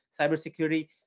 cybersecurity